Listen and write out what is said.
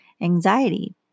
anxiety